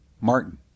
Martin